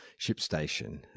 ShipStation